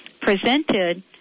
presented